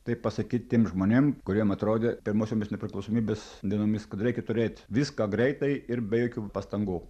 tai pasakyt tiem žmonėm kuriem atrodė pirmosiomis nepriklausomybės dienomis kad reikia turėt viską greitai ir be jokių pastangų